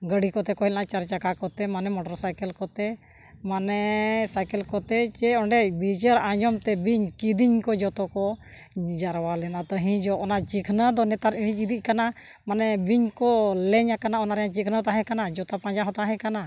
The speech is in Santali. ᱜᱟᱹᱰᱤ ᱠᱚᱛᱮ ᱠᱚ ᱦᱮᱱᱟᱜᱼᱟ ᱪᱟᱨ ᱪᱟᱠᱟ ᱠᱚᱛᱮ ᱢᱟᱱᱮ ᱢᱚᱴᱚᱨ ᱥᱟᱭᱠᱮᱞ ᱠᱚᱛᱮ ᱢᱟᱱᱮ ᱥᱟᱭᱠᱮᱞ ᱠᱚᱛᱮ ᱡᱮ ᱚᱸᱰᱮ ᱵᱤᱪᱟᱹᱨ ᱟᱸᱡᱚᱢᱛᱮ ᱵᱤᱧ ᱠᱤᱫᱤᱧ ᱠᱚ ᱡᱚᱛᱚ ᱠᱚ ᱡᱟᱨᱣᱟ ᱞᱮᱱᱟ ᱛᱟᱦᱮᱱ ᱚᱱᱟ ᱪᱤᱱᱦᱟᱹ ᱫᱚ ᱱᱮᱛᱟᱨ ᱤᱲᱤᱡ ᱤᱫᱤᱜ ᱠᱟᱱᱟ ᱢᱟᱱᱮ ᱵᱤᱧ ᱠᱚ ᱞᱮᱧᱠᱟᱱᱟ ᱚᱱᱟᱨᱮ ᱪᱤᱱᱦᱟᱹ ᱛᱟᱦᱮᱸ ᱠᱟᱱᱟ ᱡᱚᱛᱚ ᱯᱟᱸᱡᱟ ᱦᱚᱸ ᱛᱟᱦᱮᱸ ᱠᱟᱱᱟ